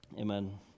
Amen